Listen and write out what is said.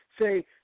say